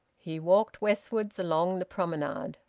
he walked westwards along the promenade.